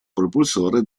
propulsore